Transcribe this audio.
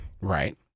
right